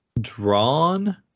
drawn